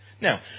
Now